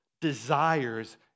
desires